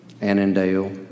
Annandale